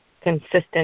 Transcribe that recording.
consistent